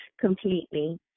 completely